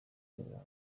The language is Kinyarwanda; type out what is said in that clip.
ubu